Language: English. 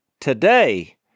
Today